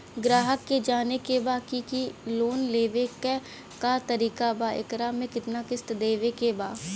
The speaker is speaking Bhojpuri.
ग्राहक के जाने के बा की की लोन लेवे क का तरीका बा एकरा में कितना किस्त देवे के बा?